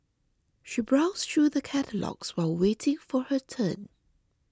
she browsed through the catalogues while waiting for her turn